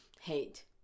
Hate